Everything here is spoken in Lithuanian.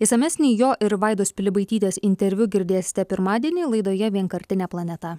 išsamesnį jo ir vaidos pilibaitytės interviu girdėsite pirmadienį laidoje vienkartinė planeta